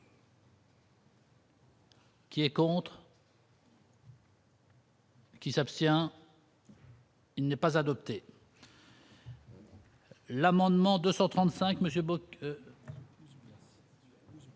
Qui est contre. Qui s'abstient. Il n'est pas adoptée. L'amendement 235 monsieur.